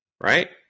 Right